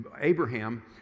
abraham